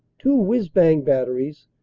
two whizz-bang batteries,